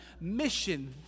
mission